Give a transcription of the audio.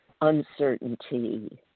uncertainty